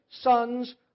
sons